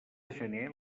gener